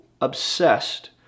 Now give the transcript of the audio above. obsessed